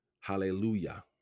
hallelujah